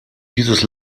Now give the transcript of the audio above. dieses